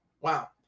Wow